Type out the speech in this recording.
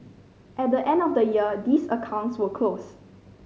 at the end of the year these accounts will close